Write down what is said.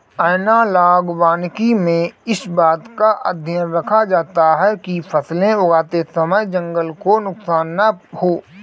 analogue वानिकी में इस बात का ध्यान रखा जाता है कि फसलें उगाते समय जंगल को नुकसान ना हो